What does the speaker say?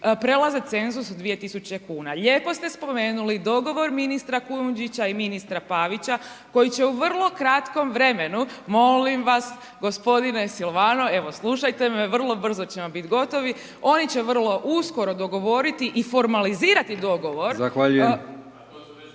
prelaze cenzus od 2000 kuna. Lijepo ste spomenuli dogovor ministra Kujundžića i ministra Pavića koji će u vrlo kratkom vremenu, molim vas gospodine Silvano, evo slušajte me, vrlo brzo ćemo bit gotovi, oni će vrlo uskoro dogovoriti i formalizirati dogovor **Brkić, Milijan